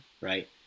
right